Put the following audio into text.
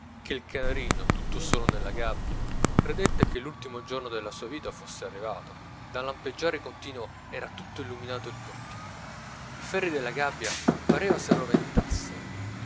che il canarino tutto solo nella gabbia credette che l'ultimo giorno della sua vita fosse arrivato dal lampeggiare continuo era tutto illuminato il cortile i ferri della gabbia pareva